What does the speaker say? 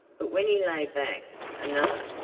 but when he lay back, another,